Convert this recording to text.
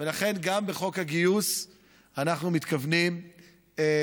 ולכן, גם בחוק הגיוס אנחנו בוודאי מתכוונים להיאבק